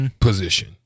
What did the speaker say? position